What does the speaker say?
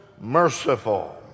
merciful